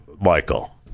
Michael